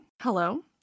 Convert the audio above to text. hello